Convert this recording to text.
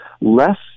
less